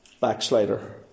backslider